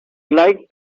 like